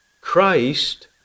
Christ